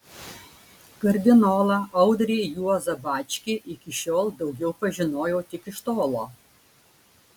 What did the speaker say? kardinolą audrį juozą bačkį iki šiol daugiau pažinojau tik iš tolo